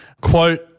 Quote